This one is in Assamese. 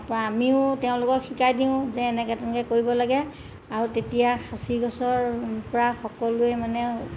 তাৰপৰা আমিও তেওঁলোকক শিকাই দিওঁ যে এনেকৈ তেনেকৈ কৰিব লাগে আৰু তেতিয়া সাঁচি গছৰপৰা সকলোৱে মানে